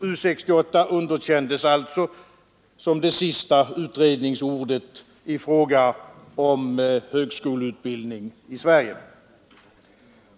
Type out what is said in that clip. U 68 underkändes alltså som det sista utredningsordet i fråga om högskoleutbildning i Sverige.